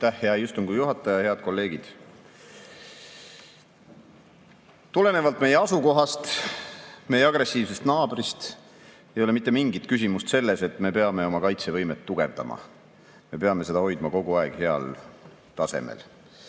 hea istungi juhataja! Head kolleegid! Tulenevalt meie asukohast, meie agressiivsest naabrist ei ole mitte mingit küsimust selles, et me peame oma kaitsevõimet tugevdama. Me peame seda hoidma kogu aeg heal tasemel.